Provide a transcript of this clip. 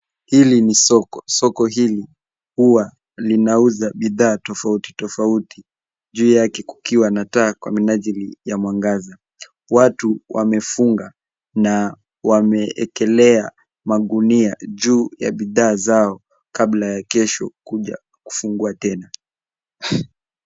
Hili ni soko. Soko hili huwa linauza bidhaa tofauti tofauti juu yake kukiwa na taa kwa minajili ya mwangaza. Watu wamefunga na wameekelea magunia juu ya bidhaa zao kabla ya kesho kuja kufungua tena.